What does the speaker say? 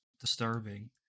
Disturbing